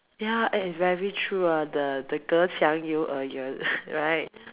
ya eh it's very true ah the 隔窗有耳 right